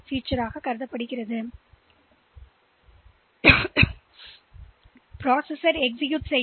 எனவே இது மிக முக்கியமான அம்சமாகும் ஆனால் இந்த விஷயத்தை நீங்கள் எவ்வாறு செயல்படுத்துகிறீர்கள்